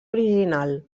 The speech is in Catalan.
original